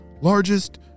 largest